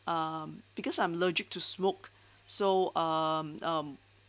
um because I'm allergic to smoke so um um